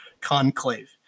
conclave